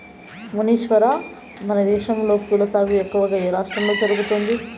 మునీశ్వర, మనదేశంలో పూల సాగు ఎక్కువగా ఏ రాష్ట్రంలో జరుగుతుంది